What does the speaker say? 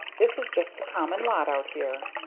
this is just the common lot out here.